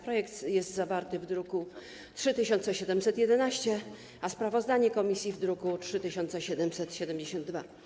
Projekt jest zawarty w druku nr 3711, a sprawozdanie komisji - w druku nr 3772.